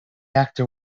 actor